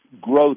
growth